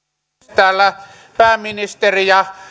täällä pääministeri ja